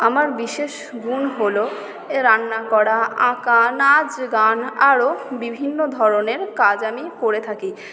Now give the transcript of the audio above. আমার বিশেষ গুন হলো রান্না করা আঁকা নাচ গান আরও বিভিন্ন ধরণের কাজ আমি করে থাকি